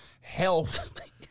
health